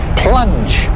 plunge